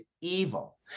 evil